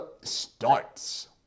starts